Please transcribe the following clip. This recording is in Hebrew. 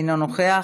אינו נוכח,